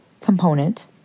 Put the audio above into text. component